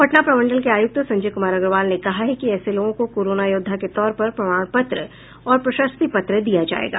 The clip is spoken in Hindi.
पटना प्रमंडल के आयुक्त संजय कुमार अग्रवाल ने कहा है कि ऐसे लोगों को कोरोना योद्धा के तौर पर प्रमाण पत्र और प्रशस्ति पत्र दिया जायेगा